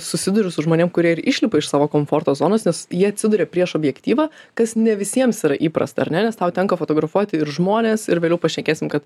susiduriu su žmonėm kurie ir išlipa iš savo komforto zonos nes jie atsiduria prieš objektyvą kas ne visiems yra įprasta ar ne nes tau tenka fotografuoti ir žmones ir vėliau pašnekėsim kad